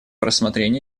рассмотрения